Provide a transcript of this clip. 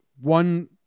one-